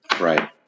Right